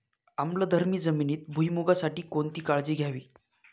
आम्लधर्मी जमिनीत भुईमूगासाठी कोणती काळजी घ्यावी?